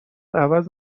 عوض